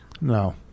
No